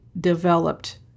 developed